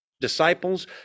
Disciples